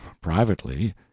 privately